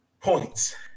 points